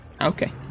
Okay